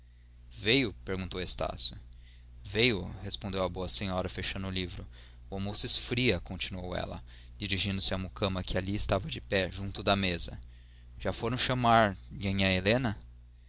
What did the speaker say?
veio perguntou estácio veio respondeu a boa senhora fechando o livro o almoço esfria continuou ela dirigindo-se à mucama que ali estava de pé junto da mesa já foram chamar nhanhã helena